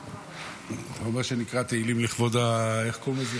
אתה אומר שנקרא תהילים לכבוד --- החלמה.